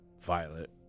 Violet